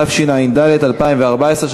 התשע"ד 2014,